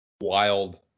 wild